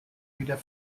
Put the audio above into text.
wieder